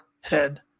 head